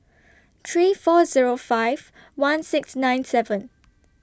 three four Zero five one six nine seven